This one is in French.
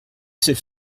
sait